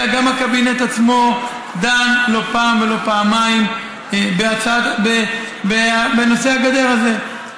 אלא גם הקבינט עצמו דן לא פעם ולא פעמיים בנושא הגדר הזאת.